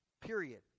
Period